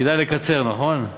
כדאי לקצר, נכון?